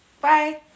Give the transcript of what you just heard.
bye